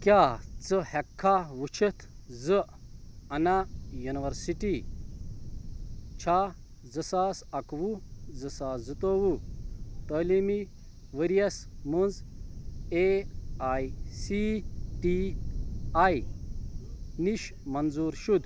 کیٛاہ ژٕ ہیٚکہِ کھا وُچھِتھ زِ اَنا یونیٖورسِٹی چھا زٕ ساس اَکوُہ زٕ ساس زٕتووُہ تعلیٖمی ورۍ یَس مَنٛز A I C T E نِش منظوٗر شُدہ